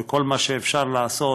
כל מה שאפשר לעשות.